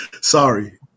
Sorry